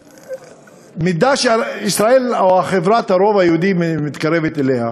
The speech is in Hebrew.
למידה שישראל או חברת הרוב היהודי מתקרבת אליה,